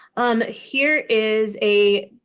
um here is a